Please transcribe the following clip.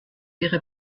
ihre